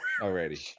already